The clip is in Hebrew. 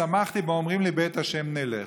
"שמחתי באֹמְרים לי בית ה' נלך".